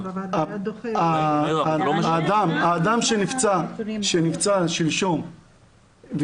האדם שנפצע שלשום,